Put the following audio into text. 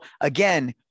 again